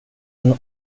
han